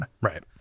Right